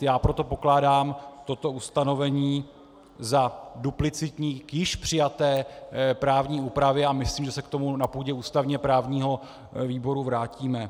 Já proto pokládám toto ustanovení za duplicitní k již přijaté právní úpravě a myslím, že se k tomu na půdě ústavněprávního výboru vrátíme.